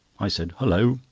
i said hulloh!